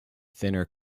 thinner